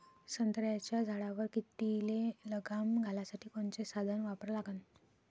संत्र्याच्या झाडावर किडीले लगाम घालासाठी कोनचे साधनं वापरा लागन?